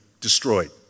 destroyed